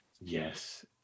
Yes